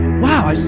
wow, so